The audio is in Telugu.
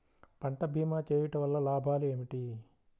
పంట భీమా చేయుటవల్ల లాభాలు ఏమిటి?